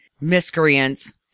miscreants